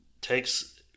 takes